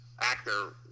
actor